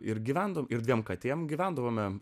ir gyvendom ir dviem katėm gyvendavome